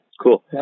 Cool